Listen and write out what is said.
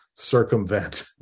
circumvent